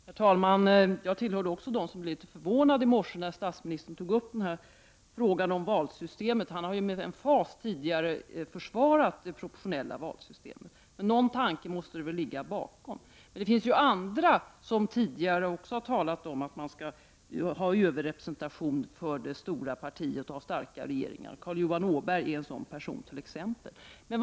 Herr talman! Jag tillhör också dem som i morse blev litet förvånade när statsministern tog upp frågan om valsystemet till debatt, Han har ju tidigare med emfas försvarat det proportionella valsystemet. Men någon tanke måste det ligga bakom hans uttalanden i dag. Det finns andra som tidigare har talat om överrepresentation för det stora partiet och behovet av starka regeringar. Carl Johan Åberg är exempelvis en sådan person.